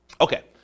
Okay